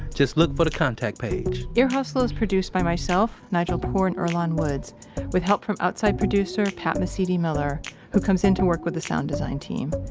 just look for the contact page ear hustle is produced by myself, nigel poor, and earlonne woods with help from outside producer pat mesiti-miller who comes in to work with the sound design team.